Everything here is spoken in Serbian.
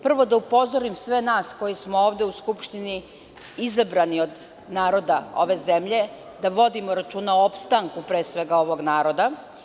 Prvo, htela bih da upozorim sva nas, koji smo ovde u Skupštini izabrani od naroda ove zemlje, da vodimo računa o opstanku ovog naroda.